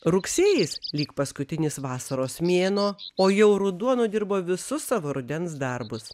rugsėjis lyg paskutinis vasaros mėnuo o jau ruduo nudirbo visus savo rudens darbus